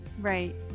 Right